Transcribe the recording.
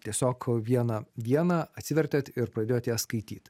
tiesiog vieną dieną atsivertėt ir pradėjot ją skaityt